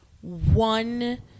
one